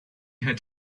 had